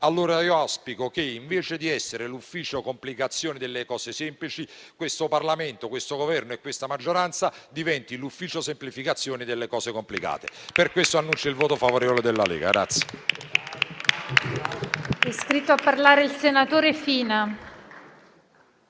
allora che, invece di essere l'ufficio complicazioni delle cose semplici, questo Parlamento, l'attuale Governo e la sua maggioranza diventino l'ufficio semplificazione delle cose complicate. Per questo annuncio il voto favorevole della Lega.